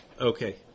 Okay